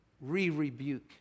re-rebuke